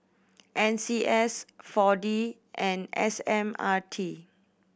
N C S Four D and S M R T